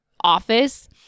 office